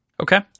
Okay